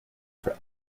for